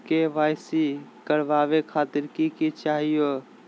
KYC करवावे खातीर कि कि चाहियो?